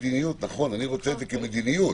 נכון, אני רוצה את זה כמדיניות.